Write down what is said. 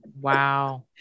Wow